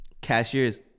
cashiers